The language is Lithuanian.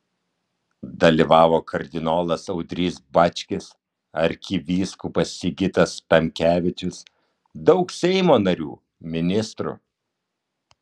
dalyvavo kardinolas audrys bačkis arkivyskupas sigitas tamkevičius daug seimo narių ministrų